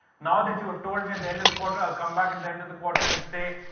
now that you have told me at the end of the quarter, i'll come back at the end of the quarter and say,